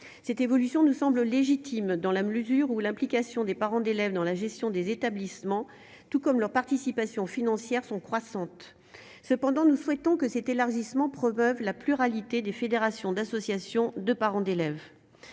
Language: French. cette évolution nous semble légitime dans la mesure où l'implication des parents d'élèves dans la gestion des établissements, tout comme leur participation financière sont croissantes, cependant, nous souhaitons que cet élargissement promeuvent la pluralité des fédérations d'associations de parents d'élèves,